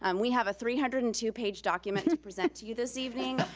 um we have a three hundred and two page document to present to you this evening.